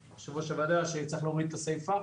שצריך להוריד את הסיפה.